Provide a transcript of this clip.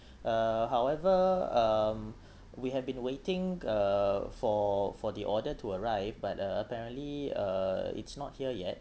uh however um we have been waiting uh for for the order to arrive but uh apparently uh it's not here yet